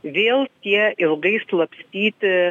vėl tie ilgai slapstyti